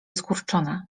skurczona